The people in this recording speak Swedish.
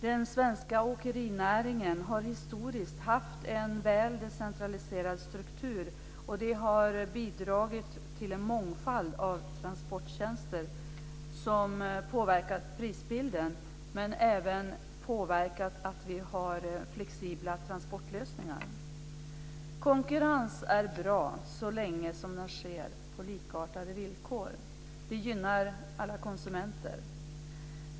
Den svenska åkerinäringen har historiskt haft en väl decentraliserad struktur, och det har bidragit till en mångfald av transporttjänster som har påverkat prisbilden men även påverkat, så att vi har flexibla transportlösningar. Konkurrens är bra så länge som den sker på likartade villkor. Det gynnar alla konsumenter.